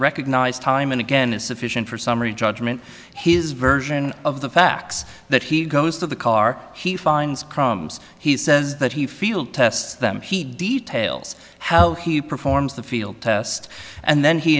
recognize time and again is sufficient for summary judgment his version of the facts that he goes to the car he finds crumbs he says that he field tests them he details how he performs the field test and then he